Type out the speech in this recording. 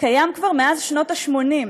קיים כבר מאז שנות ה-80.